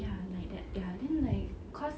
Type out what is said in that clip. ya like that ya then like cause